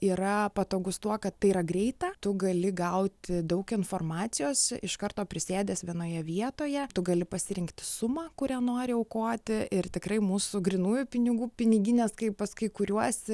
yra patogus tuo kad tai yra greita tu gali gauti daug informacijos iš karto prisėdęs vienoje vietoje tu gali pasirinkti sumą kurią nori aukoti ir tikrai mūsų grynųjų pinigų piniginės kai pas kai kuriuos